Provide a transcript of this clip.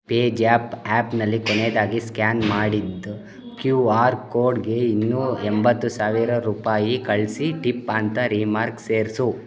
ಪೇಜ್ಯಾಪ್ ಆ್ಯಪ್ನಲ್ಲಿ ಕೊನೆಯದಾಗಿ ಸ್ಕ್ಯಾನ್ ಮಾಡಿದ ಕ್ಯೂ ಆರ್ ಕೋಡ್ಗೆ ಇನ್ನೂ ಎಂಬತ್ತು ಸಾವಿರ ರೂಪಾಯಿ ಕಳಿಸಿ ಟಿಪ್ ಅಂತ ರೀಮಾರ್ಕ್ ಸೇರಿಸು